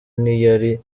ntiyari